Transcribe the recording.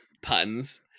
puns